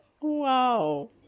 Wow